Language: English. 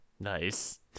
Nice